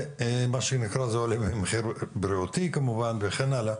ומה שנקרא, זה עולה במחיר בריאותי כמובן וכן הלאה.